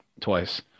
Twice